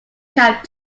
camp